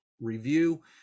review